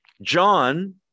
John